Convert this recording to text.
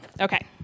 Okay